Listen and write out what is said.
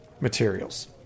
materials